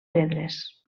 pedres